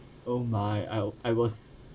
oh my I I was